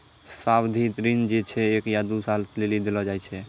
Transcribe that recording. सावधि ऋण जे छै एक या दु सालो लेली देलो जाय छै